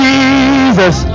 Jesus